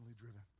driven